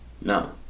No